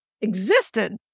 existed